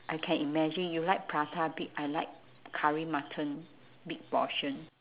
I can imagine you like prata big I like curry mutton big portion